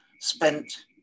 spent